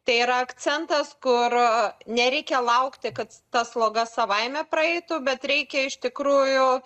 tai yra akcentas kur nereikia laukti kad ta sloga savaime praeitų bet reikia iš tikrųjų